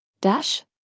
Dash